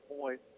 point